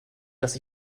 dass